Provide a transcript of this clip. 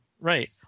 Right